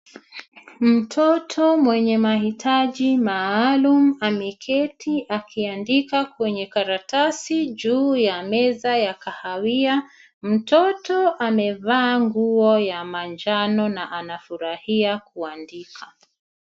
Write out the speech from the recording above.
Mtoto mwenye mahitaji maalum, ameketi akiandika kwenye karatasi juu ya meza ya kahawia. Mtoto amevaa nguo ya manjano na anafurahia kuandika.